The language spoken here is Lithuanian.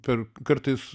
per kartais